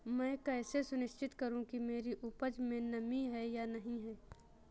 मैं कैसे सुनिश्चित करूँ कि मेरी उपज में नमी है या नहीं है?